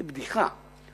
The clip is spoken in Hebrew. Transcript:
זה בדיחה.